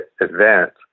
event